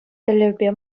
тӗллевпе